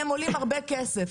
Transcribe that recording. הם עולים הרבה כסף.